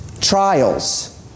trials